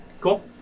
cool